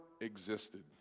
existed